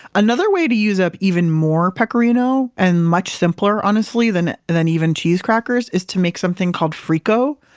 another way to use up even more pecorino and much simpler honestly than and than even cheese crackers, is to make something called frico,